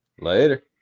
Later